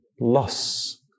loss